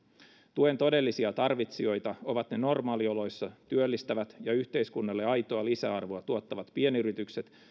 tuen todellisia tarvitsijoita ovat ne normaalioloissa työllistävät ja yhteiskunnalle aitoa lisäarvoa tuottavat pienyritykset